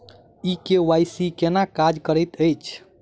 ई KYC केना काज करैत अछि?